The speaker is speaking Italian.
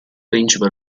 principe